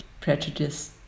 prejudice